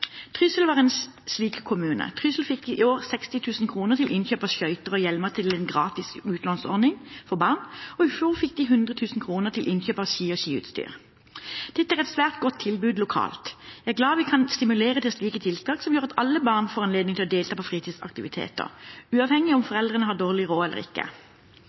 var en slik kommune. Trysil fikk i år 60 000 kr til innkjøp av skøyter og hjelmer til en gratis utlånsordning for barn, og i fjor fikk de 100 000 kr til innkjøp av ski og skiutstyr. Dette er et svært godt tilbud lokalt. Jeg er glad for at vi kan stimulere til slike tiltak som gjør at alle barn får anledning til å delta i fritidsaktiviteter, uavhengig av om foreldrene har dårlig råd eller ikke.